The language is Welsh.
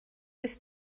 oes